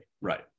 Right